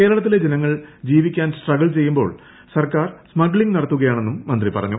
കേരളത്തിലെ ജനങ്ങൾ ജീവിക്കാൻ സ്ട്രഗൾ ചെയ്യുമ്പോൾ സർക്കാർ സ്മഗളിങ് നടത്തുകയാണെന്നും മന്ത്രി പറഞ്ഞു